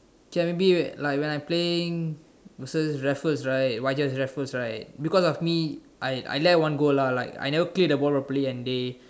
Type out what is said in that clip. okay ah maybe like when I playing versus Raffles right Y_J_S Raffles right because of me I I left one goal lah like I never clear the ball properly and they